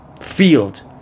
field